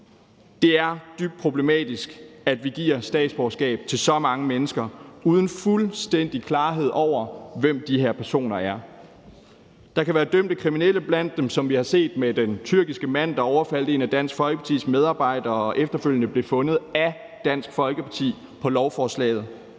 Det er dybt problematisk, at vi giver statsborgerskab til så mange mennesker uden fuldstændig klarhed over, hvem de her personer er. Der kan være dømte kriminelle blandt dem, sådan som vi har set med den tyrkiske mand, der overfaldt en af Dansk Folkepartis medarbejdere og efterfølgende blev fundet af Dansk Folkeparti på lovforslaget.